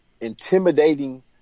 intimidating